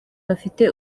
bafite